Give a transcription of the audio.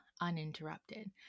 uninterrupted